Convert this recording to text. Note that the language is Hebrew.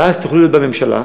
ואז תוכלו להיות בממשלה,